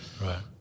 Right